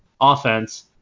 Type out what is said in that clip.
offense